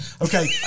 Okay